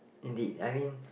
indeed I mean